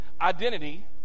identity